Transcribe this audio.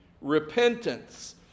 Repentance